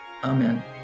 Amen